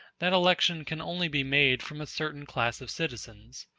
that election can only be made from a certain class of citizens.